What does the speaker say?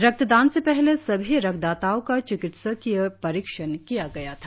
रक्तदान से पहले सभी रक्तदाताओं का चिकित्सकीय परीक्षण किया गया था